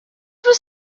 was